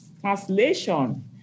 translation